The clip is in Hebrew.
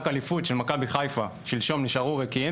אליפות של מכבי חיפה שלשום נשארו ריקים,